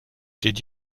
did